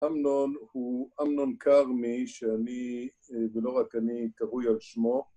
אמנון הוא אמנון כרמי שאני ולא רק אני קרוי על שמו